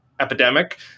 epidemic